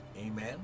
Amen